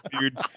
dude